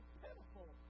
pitiful